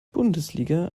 bundesliga